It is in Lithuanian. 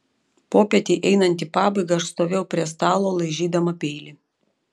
popietei einant į pabaigą aš stovėjau prie stalo laižydama peilį